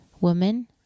Woman